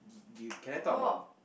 do you can I talk about